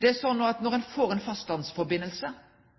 Når ein får eit fastlandssamband, blir det ikkje slik at siste moglegheit til å ta ferja heim ein